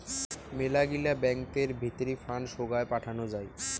মেলাগিলা ব্যাঙ্কতের ভিতরি ফান্ড সোগায় পাঠানো যাই